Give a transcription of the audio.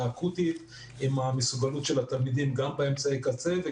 אקוטית עם המסוגלות של התלמידים גם באמצעי קצה,